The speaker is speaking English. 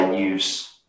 use